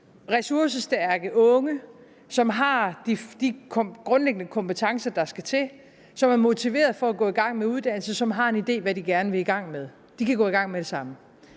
ressourcestærke unge, som har de grundlæggende kompetencer, der skal til, som er motiveret for at gå i gang med uddannelse, som har en idé om, hvad de gerne vil i gang med. De kan gå i gang med det samme.